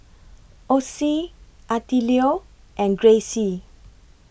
Ossie Attilio and Grayce